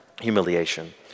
humiliation